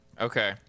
Okay